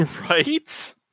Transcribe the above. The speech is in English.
Right